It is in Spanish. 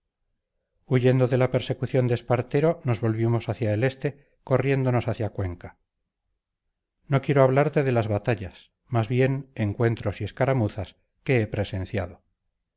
huyendo de la persecución de espartero nos volvimos hacia el este corriéndonos hacia cuenca no quiero hablarte de las batallas más bien encuentros y escaramuzas que he presenciado